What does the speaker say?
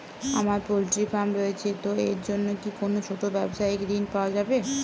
আমার poultry farm রয়েছে তো এর জন্য কি কোনো ছোটো ব্যাবসায়িক ঋণ পাওয়া যাবে?